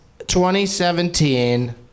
2017